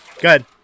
Good